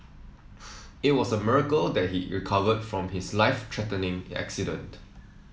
it was a miracle that he recovered from his life threatening accident